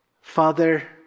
Father